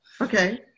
Okay